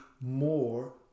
more